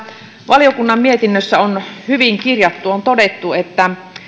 valiokunnan mietinnössä on hyvin kirjattu on todettu